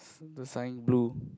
the sign blue